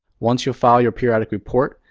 once you file your periodic report,